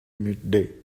midday